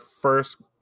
first